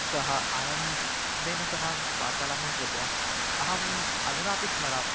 सः आनन्देन सह वार्तालापं कृतवान् अहम् अधुनापि स्मरामि